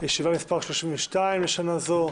ישיבה מס' 32 למושב זה.